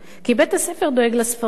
כי בית-הספר דואג לספרים,